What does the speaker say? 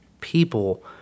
people